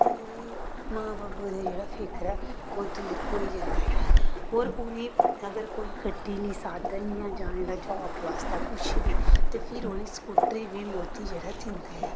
ते मां बब्ब दा जेह्ड़ा फिकर ऐ ओह् दूर होई जंदा ऐ होर उ'नें गी अगर कोई गड्डी निं साधन निं हैन जाने दा जाब बास्तै कुछ बी ते फिर उ'नें गी स्कूटरी बी मोदी जेह्ड़ा ऐ दिंदा ऐ